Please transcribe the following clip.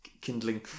kindling